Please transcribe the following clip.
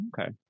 Okay